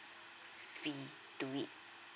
fee to it